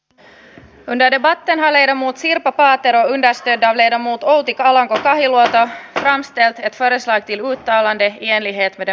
te tänne vaatemalle muzio paatero ja tiedämme ja muut otti kalaan koska tilasta ollaan sitä että eräs äiti juutalainen jäljet lausumaehdotuksen